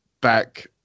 back